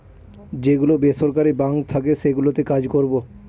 যে গুলো বেসরকারি বাঙ্ক থাকে সেগুলোতে কাজ করবো